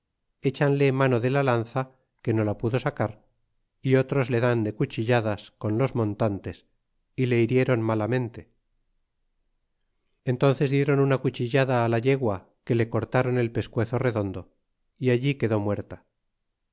échanle mano de la lanza que no la pudo sacar y otros le dan de cuchilladas con los montantes y le hirieron malamente y entónces diéron una cuchillada la yegua que le cortron el pescuezo redondo y allí quedó muerta